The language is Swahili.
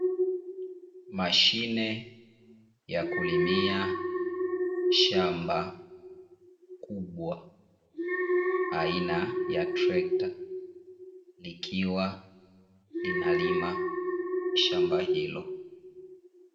Mashine ya kulimia shamba kubwa aina ya trekta, ikiwa inalima shamba hilo.